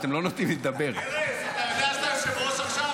לא פרשן, אתה יושב-ראש.